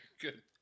Good